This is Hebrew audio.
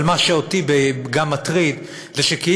אבל מה שגם מטריד אותי זה שכאילו,